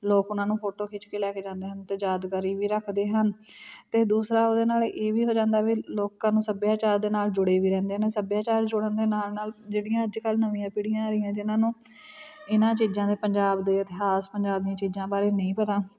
ਲੋਕ ਉਹਨਾਂ ਨੂੰ ਫੋਟੋ ਖਿੱਚ ਕੇ ਲੈ ਕੇ ਜਾਂਦੇ ਹਨ ਅਤੇ ਯਾਦਗਾਰੀ ਵੀ ਰੱਖਦੇ ਹਨ ਅਤੇ ਦੂਸਰਾ ਉਹਦੇ ਨਾਲ ਇਹ ਵੀ ਹੋ ਜਾਂਦਾ ਵੀ ਲੋਕਾਂ ਨੂੰ ਸੱਭਿਆਚਾਰ ਦੇ ਨਾਲ ਜੁੜੇ ਵੀ ਰਹਿੰਦੇ ਨੇ ਸੱਭਿਆਚਾਰ ਜੁੜਨ ਦੇ ਨਾਲ ਨਾਲ ਜਿਹੜੀਆਂ ਅੱਜ ਕੱਲ੍ਹ ਨਵੀਆਂ ਪੀੜ੍ਹੀਆਂ ਆ ਰਹੀਆਂ ਜਿਹਨਾਂ ਨੂੰ ਇਹਨਾਂ ਚੀਜ਼ਾਂ ਦੇ ਪੰਜਾਬ ਦੇ ਇਤਿਹਾਸ ਪੰਜਾਬ ਦੀਆਂ ਚੀਜ਼ਾਂ ਬਾਰੇ ਨਹੀਂ ਪਤਾ